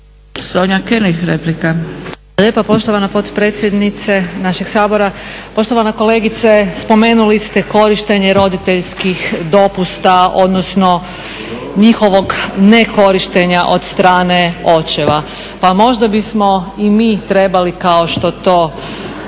Sonja (HNS)** Hvala lijepa poštovana potpredsjednice našeg Sabora. Poštovana kolegice spomenuli ste korištenje roditeljskih dopusta, odnosno njihovog nekorištenja od strane očeva. Pa možda bismo i mi trebali kao što to